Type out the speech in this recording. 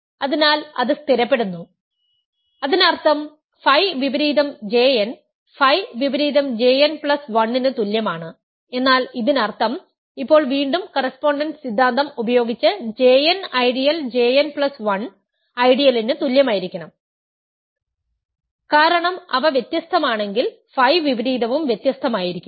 അതിനാൽ അത് സ്ഥിരപ്പെടുന്നു അതിനർത്ഥം ഫൈ വിപരീതo J n ഫൈ വിപരീതo Jn പ്ലസ് 1 ന് തുല്യമാണ് എന്നാൽ ഇതിനർത്ഥം ഇപ്പോൾ വീണ്ടും കറസ്പോണ്ടൻസ് സിദ്ധാന്തം ഉപയോഗിച്ച് J n ideal J n plus 1 ഐഡിയലിന് തുല്യമായിരിക്കണം കാരണം അവ വ്യത്യസ്തമാണെങ്കിൽ ഫൈ വിപരീതവും വ്യത്യസ്തമായിരിക്കുo